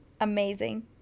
amazing